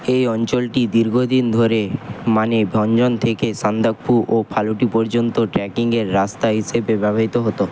এই অঞ্চলটি দীর্ঘদিন ধরে মানেভঞ্জন থেকে সান্দাকফু ও ফালুট পর্যন্ত ট্রেকিংয়ের রাস্তা হিসেবে ব্যবহৃত হতো